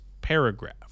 paragraph